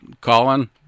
Colin